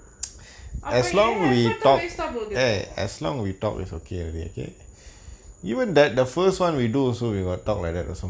அப்ப ஏன்:appe yaen effort டு:tu waste ah போது இபோ:pothu ippo